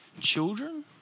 children